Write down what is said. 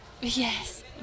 Yes